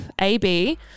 Ab